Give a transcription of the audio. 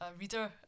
reader